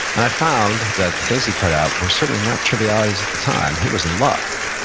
and i found that the things he cut out were certainly not trivialities at the time. he was in love,